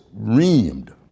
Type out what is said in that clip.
reamed